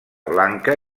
blanca